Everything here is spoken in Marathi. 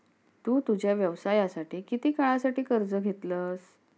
तु तुझ्या व्यवसायासाठी किती काळासाठी कर्ज घेतलंस?